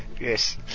Yes